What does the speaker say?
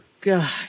God